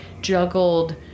juggled